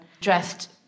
dressed